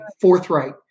forthright